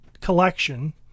collection